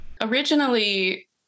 Originally